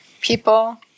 people